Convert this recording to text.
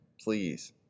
Please